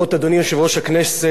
חברי חברי הכנסת,